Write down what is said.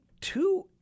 two